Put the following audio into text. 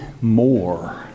more